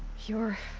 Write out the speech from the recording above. your.